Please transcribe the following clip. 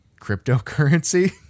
cryptocurrency